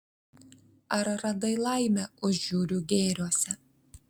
ar radai laimę užjūrių gėriuose